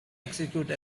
execute